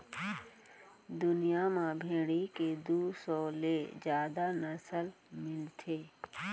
दुनिया म भेड़ी के दू सौ ले जादा नसल मिलथे